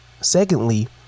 secondly